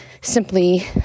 simply